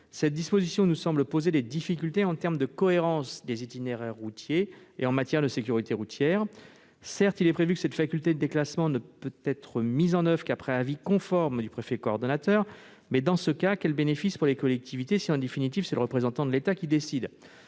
Cette disposition nous semble poser des difficultés quant à la cohérence des itinéraires routiers et en matière de sécurité routière. Certes, il est prévu que cette faculté de déclassement ne peut être mise en oeuvre qu'après avis conforme du préfet coordonnateur. Cependant, quel serait le bénéfice pour les collectivités, si, en définitive, c'est le représentant de l'État qui décide ?